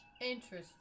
Interesting